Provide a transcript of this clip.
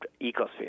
ecosphere